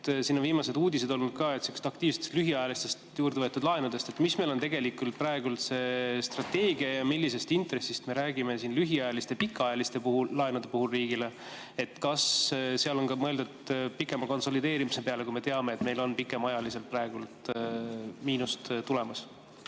siin on viimased uudised olnud ka sellistest aktiivsetest lühiajalistest juurde võetud laenudest –, siis missugune meil on praegu strateegia? Millisest intressist me räägime lühiajaliste ja pikaajaliste laenude puhul riigile? Kas seal on mõeldud ka pikema konsolideerimise peale, kui me teame, et meil on pikemaajaliselt praegu miinus tulemas?